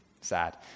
sad